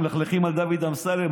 מלכלכים על דוד אמסלם,